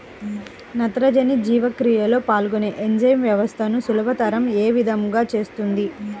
నత్రజని జీవక్రియలో పాల్గొనే ఎంజైమ్ వ్యవస్థలను సులభతరం ఏ విధముగా చేస్తుంది?